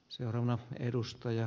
arvoisa puhemies